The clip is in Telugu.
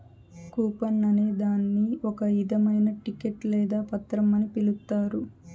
కూపన్ అనే దాన్ని ఒక ఇధమైన టికెట్ లేదా పత్రం అని పిలుత్తారు